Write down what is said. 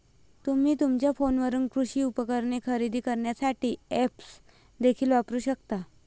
तुम्ही तुमच्या फोनवरून कृषी उपकरणे खरेदी करण्यासाठी ऐप्स देखील वापरू शकता